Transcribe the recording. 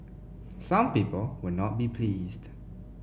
some people will not be pleased